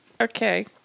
Okay